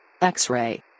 X-Ray